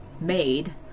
made